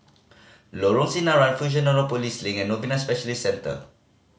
Lorong Sinaran Fusionopolis Link and Novena Specialist Center